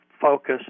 focus